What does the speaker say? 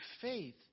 faith